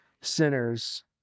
sinners